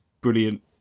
brilliant